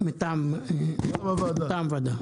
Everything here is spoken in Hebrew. מטעם הוועדה.